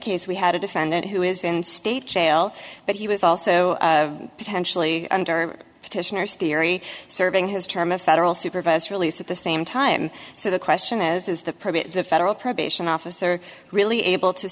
case we had a defendant who is in state jail but he was also potentially under petitioners theory serving his term in federal supervised release at the same time so the question is is the federal probation officer really able to